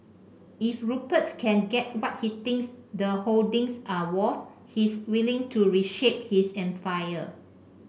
if Rupert can get what he thinks the holdings are worth he's willing to reshape his empire